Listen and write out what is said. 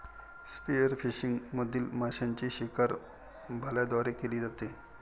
spearfishing मधील माशांची शिकार भाल्यांद्वारे केली जाते